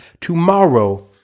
tomorrow